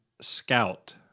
scout